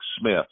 Smith